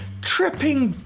tripping